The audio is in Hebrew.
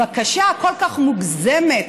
הבקשה הכל-כך מוגזמת,